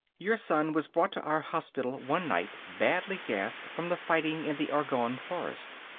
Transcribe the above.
your son was brought to our hospital one night badly gassed from the fighting in the argonne forest.